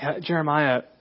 Jeremiah